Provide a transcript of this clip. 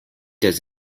does